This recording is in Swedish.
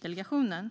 delegationen.